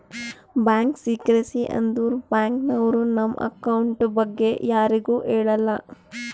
bank secrecy ಅಂದುರ್ bank ನವ್ರು ನಮ್ದು ಅಕೌಂಟ್ ಬಗ್ಗೆ ಯಾರಿಗು ಹೇಳಲ್ಲ